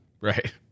right